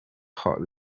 hot